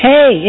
Hey